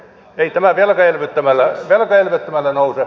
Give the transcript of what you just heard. ei tämä velkaelvyttämällä nouse